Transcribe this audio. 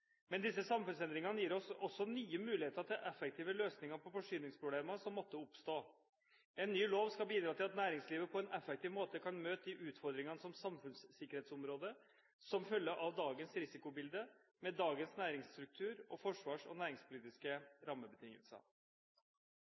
Men disse samfunnsendringene gir oss også nye muligheter til effektive løsninger på forsyningsproblemer som måtte oppstå. En ny lov skal bidra til at næringslivet på en effektiv måte kan møte de utfordringene på samfunnssikkerhetsområdet som følger av dagens risikobilde, med dagens næringsstruktur og forsvars- og næringspolitiske rammebetingelser.